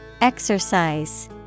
Exercise